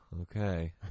okay